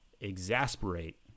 exasperate